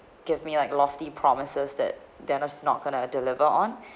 give me like lofty promises that that are not going to deliver on